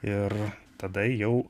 ir tada jau